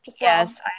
Yes